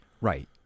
Right